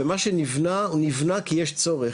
ומה שנבנה הוא נבנה כי יש צורך.